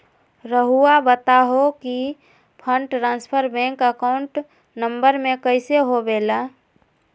रहुआ बताहो कि fund transfer bank account number में कैसे होबेला?